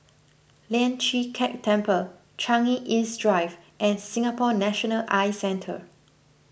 Lian Chee Kek Temple Changi East Drive and Singapore National Eye Centre